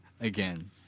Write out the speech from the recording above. again